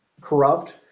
corrupt